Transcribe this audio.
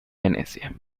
venecia